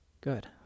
Good